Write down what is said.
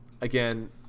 again